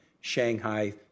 Shanghai